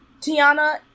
Tiana